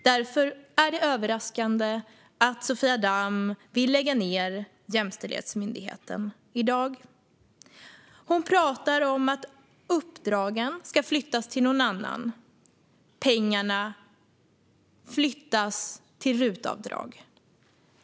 Därför är det överraskande att Sofia Damm vill lägga ned Jämställdhetsmyndigheten i dag. Hon talar om att uppdragen ska flyttas till någon annan. Pengarna flyttas till RUT-avdrag.